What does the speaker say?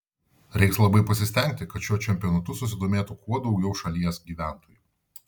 reiks labai pasistengti kad šiuo čempionatu susidomėtų kuo daugiau šalies gyventojų